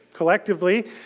collectively